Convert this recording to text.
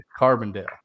Carbondale